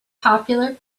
popular